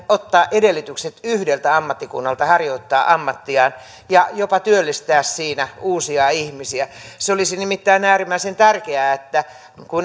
ottaa edellytykset yhdeltä ammattikunnalta harjoittaa ammattiaan ja jopa työllistää siinä uusia ihmisiä se olisi nimittäin äärimmäisen tärkeää kun